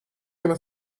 gonna